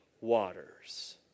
waters